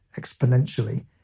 exponentially